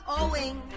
owing